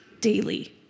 daily